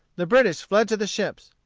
the british fled to the ships.